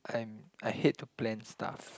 I'm I hate to plan stuff